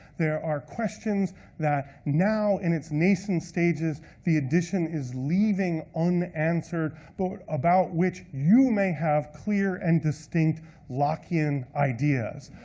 there are questions that now, in its nascent stages the edition is leaving unanswered, but about which you may have clear and distinct locke-ian ideas.